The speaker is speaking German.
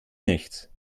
nichts